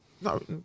no